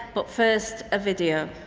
but first a video.